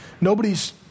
nobody's